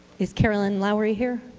is carolyn lowry here?